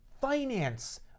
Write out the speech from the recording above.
finance